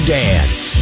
dance